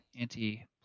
anti